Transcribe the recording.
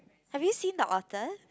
have you seen the otter